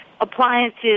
Appliances